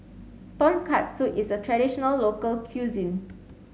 Tonkatsu is a traditional local cuisine